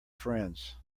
friends